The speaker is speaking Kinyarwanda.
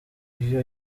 iyo